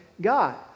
God